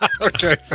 okay